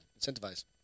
Incentivize